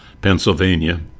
Pennsylvania